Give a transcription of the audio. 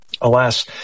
alas